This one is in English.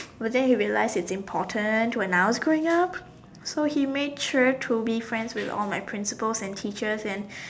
but then he realize it's important when I was growing up so he made sure to be friends with all my principals and teachers and